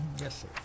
Yes